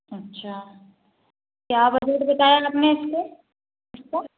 अच्छा क्या बजट बताया आपने इसका